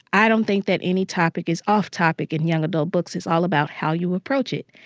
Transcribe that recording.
i don't think that any topic is off topic in young adult books. it's all about how you approach it.